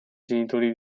genitori